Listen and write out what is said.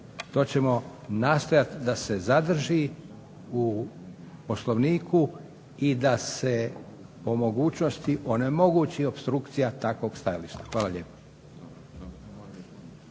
To ćemo nastojati da se zadrži u Poslovniku i da se po mogućnosti onemogući opstrukcija takvog stajališta. Hvala lijepa.